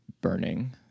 burning